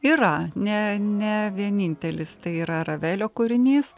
yra ne ne vienintelis tai yra ravelio kūrinys